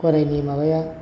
गराइनि माबाया